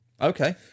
okay